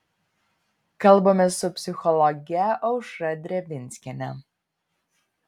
kalbamės su psichologe aušra drevinskiene